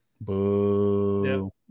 Boo